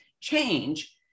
change